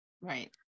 Right